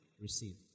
receive